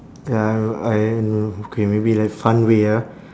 ya I no okay maybe like fun way ah